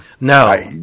No